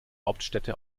hauptstädte